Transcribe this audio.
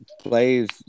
plays